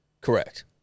Correct